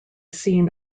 seen